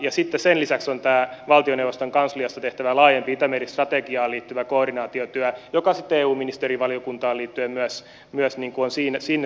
sitten sen lisäksi on tämä valtioneuvoston kansliassa tehtävä laajempi itämeri strategiaan liittyvä koordinaatiotyö joka on myös linkki eu ministerivaliokunnan suuntaan